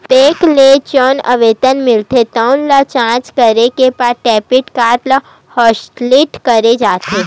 bank ल जउन आवेदन मिलथे तउन ल जॉच करे के बाद डेबिट कारड ल हॉटलिस्ट करे जाथे